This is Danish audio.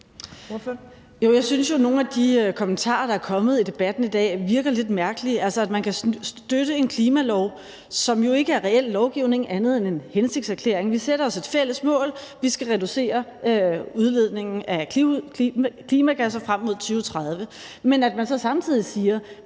Jeg synes jo, at nogle af de kommentarer, der er kommet i debatten i dag, virker lidt mærkelige, altså, man kan støtte en klimalov, som jo ikke er reel lovgivning andet end en hensigtserklæring, ved at vi sætter os et fælles mål: Vi skal reducere udledningen af klimagasser frem mod 2030. Men samtidig siger